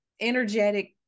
energetic